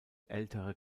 ältere